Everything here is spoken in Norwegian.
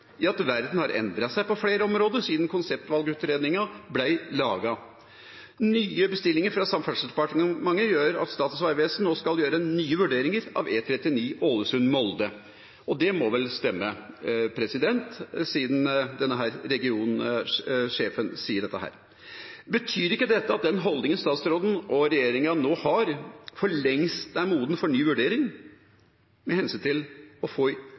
i at verden har endret seg på flere områder siden konseptvalgutredningen ble laget. Nye bestillinger fra Samferdselsdepartementet gjør at Statens vegvesen nå skal gjøre nye vurderinger av E39 Ålesund–Molde. Det må vel stemme siden denne regionsjefen sier det. Betyr ikke dette at den holdningen statsråden og regjeringa nå har, for lengst er moden for ny vurdering med hensyn til å få hyppige nullutslippsferjer som et helt realistisk alternativ? I